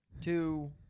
two